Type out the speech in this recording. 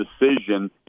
decision